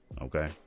Okay